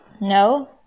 No